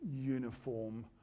uniform